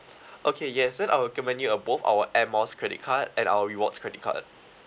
okay yes then I'll recommend you uh both our air miles credit card and our rewards credit card